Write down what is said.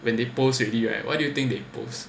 when they post already right what do you think they post